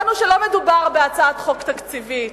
הבנו שלא מדובר בהצעת חוק תקציבית,